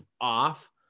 off